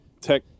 tech